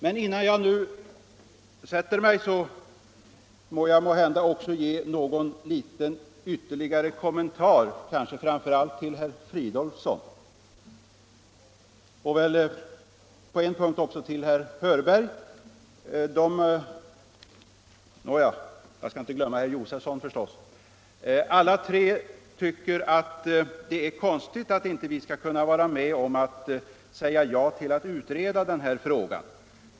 Men innan jag lämnar talarstolen bör jag kanske också ändamål göra någon liten ytterligare kommentar, måhända framför allt till vad herr Fridolfsson sade, men på en punkt också till herr Hörbergs inlägg, och jag skall förstås inte glömma herr Josefson. Alla tre tycker att det är konstigt att inte vi skall kunna vara med om att säga ja till att utreda den här frågan.